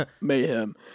mayhem